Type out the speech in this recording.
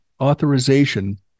authorization